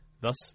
Thus